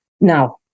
now